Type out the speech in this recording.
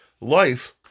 life